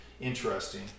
interesting